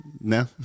No